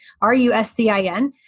R-U-S-C-I-N